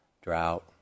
drought